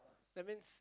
that means